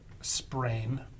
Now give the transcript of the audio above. sprain